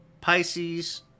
Pisces